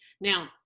Now